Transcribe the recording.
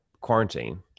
quarantine